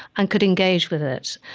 and could engage with it.